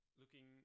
looking